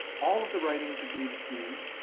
all of the writings of david hume,